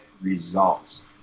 results